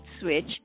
switch